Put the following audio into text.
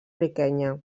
riquenya